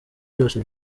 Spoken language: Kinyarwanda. byose